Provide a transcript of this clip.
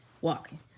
walking